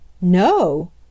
No